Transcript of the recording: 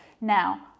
now